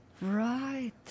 Right